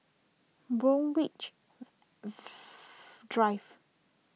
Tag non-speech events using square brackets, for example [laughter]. Borthwick [noise] Drive